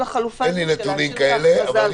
החלופה של להשאיר את ההכרזה --- אין לי נתונים כאלה,